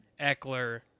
Eckler